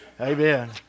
Amen